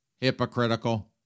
hypocritical